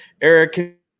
Eric